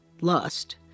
lust